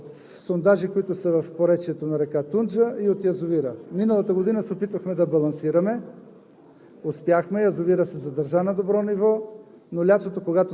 това е до Сливен. Те могат от две места да черпят – от сондажи, които са по поречието на река Тунджа, и от язовира. Миналата година се опитвахме да балансираме